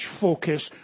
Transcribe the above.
focus